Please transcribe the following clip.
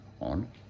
on